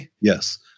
Yes